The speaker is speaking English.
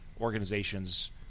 organizations